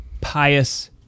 pious